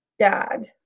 Dad